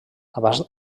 abans